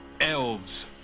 Elves